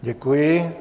Děkuji.